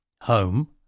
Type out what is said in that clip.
Home